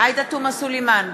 עאידה תומא סלימאן,